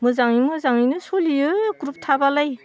मोजाङै मोजाङैनो सोलियो ग्रुप थाबालाय